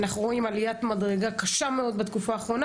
אנחנו רואים עליית מדרגה קשה מאוד בתקופה האחרונה.